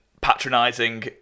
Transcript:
patronizing